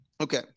Okay